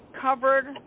covered